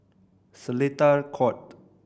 Seletar Court